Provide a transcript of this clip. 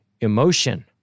Emotion